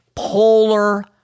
polar